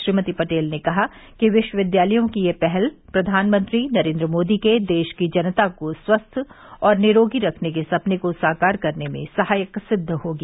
श्रीमती पटेल ने कहा कि विश्वविद्यालयों की यह पहल प्रधानमंत्री नरेन्द्र मोदी के देश की जनता को स्वस्थ व निरोगी रखने के सपने को साकार करने में सहायक सिद्ध होगी